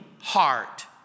heart